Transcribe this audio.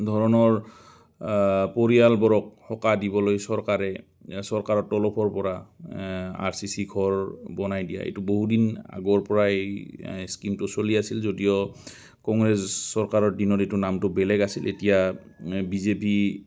ধৰণৰ পৰিয়ালবোৰক সকাহ দিবলৈ চৰকাৰে চৰকাৰৰ তলফৰপৰা আৰ চি চি ঘৰ বনাই দিয়া এইটো বহুদিন আগৰপৰাই স্কিমটো চলি আছিল যদিও কংগ্ৰেছ চৰকাৰৰ দিনত এইটো নামটো বেলেগ আছিল এতিয়া বি জে পি